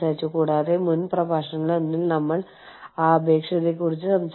നിങ്ങൾ അത് ചെയ്യുന്നുണ്ടോ ഉണ്ടെങ്കിൽ അത് എങ്ങനെ ചെയ്യുന്നു